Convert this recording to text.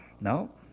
No